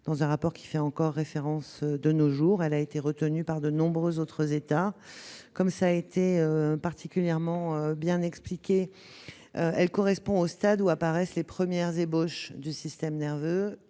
dans un rapport qui fait encore référence de nos jours. Elle a été retenue par de nombreux autres États. Comme cela a été particulièrement bien expliqué, elle correspond au stade où apparaissent les premières ébauches du système nerveux